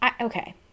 okay